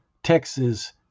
Texas